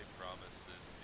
promises